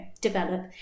develop